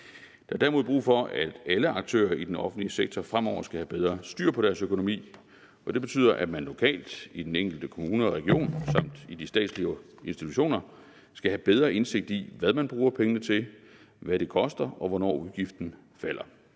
Der er derimod brug for, at alle aktører i den offentlige sektor fremover skal have bedre styr på deres økonomi, og det betyder, at man lokalt og i den enkelte kommune og region og i de statslige institutioner skal have bedre indsigt i, hvad man bruger pengene til, hvad det koster, og hvornår udgiften falder.